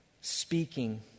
speaking